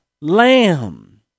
lamb